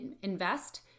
invest